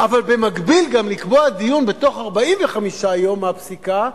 אבל במקביל גם לקבוע דיון בתוך 45 יום מהפסיקה,